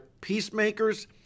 peacemakers